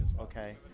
Okay